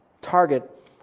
target